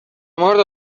مورد